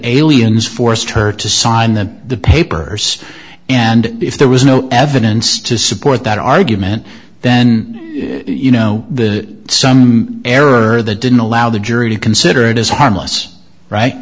aliens forced her to sign the papers and if there was no evidence to support that argument then you know the some error the didn't allow the jury to consider it as harmless